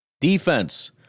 defense